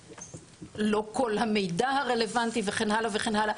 או לא כל המידע הרלוונטי וכן הלאה וכן הלאה,